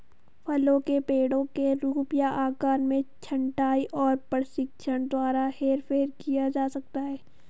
फलों के पेड़ों के रूप या आकार में छंटाई और प्रशिक्षण द्वारा हेरफेर किया जा सकता है